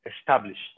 established